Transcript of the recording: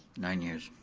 nine years.